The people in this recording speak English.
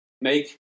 make